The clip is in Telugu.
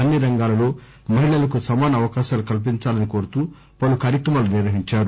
అన్ని రంగాలలో మహిళలకు సమాన అవకాశాలు కల్పించాలని కోరుతూ పలు కార్యక్రమాలు నిర్వహించారు